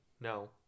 no